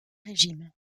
régime